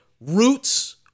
Roots